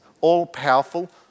all-powerful